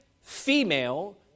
female